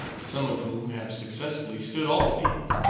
some of whom have successfully stood all these,